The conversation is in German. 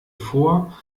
vor